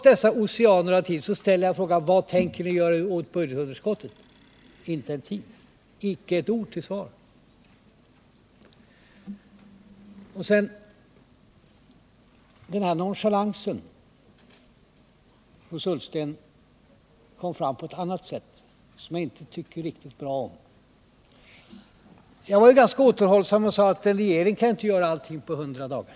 När jag ställer frågan vad tänker ni göra åt budgetunderskottet får jag icke ett ord till svar — trots de oceaner av tid som ni har. Den här nonchalansen hos Ola Ullsten kom fram på ett annat sätt, som jag inte tycker riktigt bra om. Jag var ganska återhållsam och sade att en regering kan inte göra allt på hundra dagar.